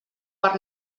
per